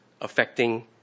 affecting